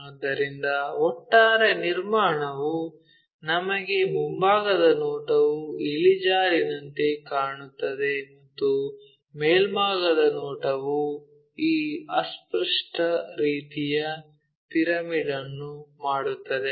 ಆದ್ದರಿಂದ ಒಟ್ಟಾರೆ ನಿರ್ಮಾಣವು ನಮಗೆ ಮುಂಭಾಗದ ನೋಟವು ಇಳಿಜಾರಿನಂತೆ ಕಾಣುತ್ತದೆ ಮತ್ತು ಮೇಲ್ಭಾಗದ ನೋಟವು ಈ ಅಸ್ಪಷ್ಟ ರೀತಿಯ ಪಿರಮಿಡ್ ಅನ್ನು ಮಾಡುತ್ತದೆ